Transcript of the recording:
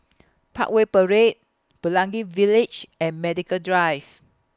Parkway Parade Pelangi Village and Medical Drive